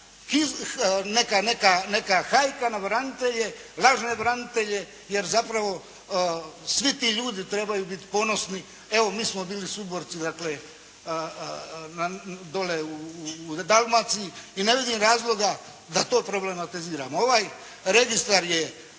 neka hajka na branitelje, lažne branitelje, jer zapravo svi ti ljudi trebaju biti ponosni. Evo mi smo bili suborci, dakle dole u Dalmaciji i ne vidim razloga da to problematiziramo. Ovaj registar je